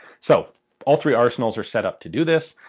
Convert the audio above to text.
so all three arsenals are set up to do this.